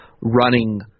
running